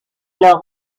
leur